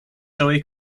joe